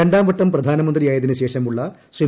രണ്ടാം വട്ടം പ്രധാനമന്ത്രിയായതിനുശ്ശേഷമുള്ള ശ്രീ